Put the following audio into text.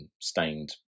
stained